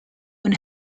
when